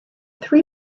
three